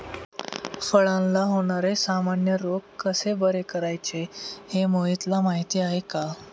फळांला होणारे सामान्य रोग कसे बरे करायचे हे मोहितला माहीती आहे